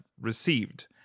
received